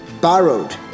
borrowed